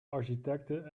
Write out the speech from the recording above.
architecte